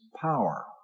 power